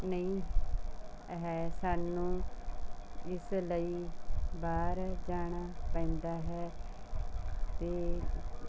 ਨਹੀਂ ਹੈ ਸਾਨੂੰ ਇਸ ਲਈ ਬਾਹਰ ਜਾਣਾ ਪੈਂਦਾ ਹੈ ਅਤੇ